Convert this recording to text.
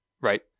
Right